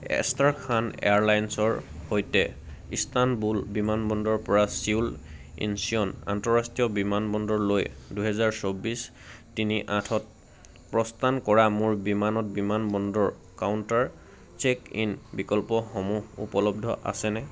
Astrakhan এয়াৰলাইনছৰ সৈতে Istanbul বিমানবন্দৰৰপৰা ছিউল ইঞ্চিয়ন আন্তঃৰাষ্ট্ৰীয় বিমানবন্দৰলৈ দুহেজাৰ চৌবিছ তিনি আঠত প্ৰস্থান কৰা মোৰ বিমানত বিমানবন্দৰৰ কাউণ্টাৰ চেক ইন বিকল্পসমূহ উপলব্ধ আছেনে